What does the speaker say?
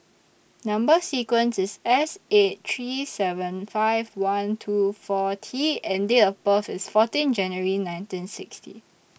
Number sequence IS S eight three seven five one two four T and Date of birth IS fourteen January nineteen sixty